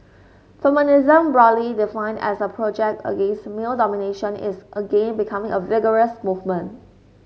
feminism broadly defined as a project against male domination is again becoming a vigorous movement